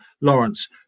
Lawrence